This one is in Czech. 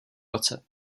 roce